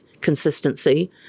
consistency